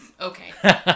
Okay